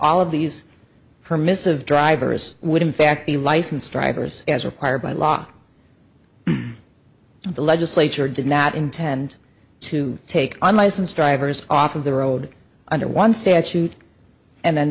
all of these permissive drivers would in fact be licensed drivers as required by law and the legislature did not intend to take unlicensed drivers off of the road under one statute and then